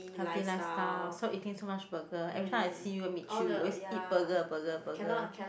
healthy lifestyle stop eating so much burger every time I see you meet you you always eat burger burger burger